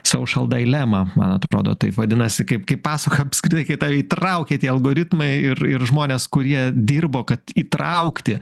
social dilemma man atrodo taip vadinasi kaip kaip pasakojo apskritai kai tave įtraukia tie algoritmai ir ir žmonės kurie dirbo kad įtraukti